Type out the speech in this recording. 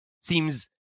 seems